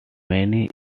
many